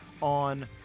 on